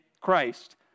Christ